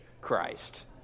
Christ